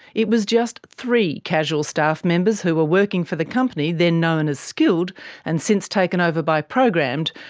it was just three casual staff members who were working for the company then known as skilled and since taken over by programmed,